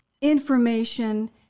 information